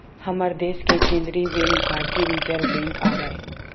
हमर देस के केंद्रीय बेंक भारतीय रिर्जव बेंक आवय